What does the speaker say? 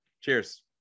Cheers